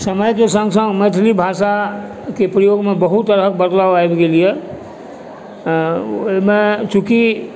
समयके सङ्ग सङ्ग मैथिली भाषाके प्रयोगमे बहुत तरहके बदलाव आबि गेल यऽ ओइमे चूँकि